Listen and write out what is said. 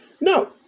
No